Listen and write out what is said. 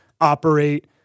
operate